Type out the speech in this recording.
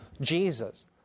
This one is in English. Jesus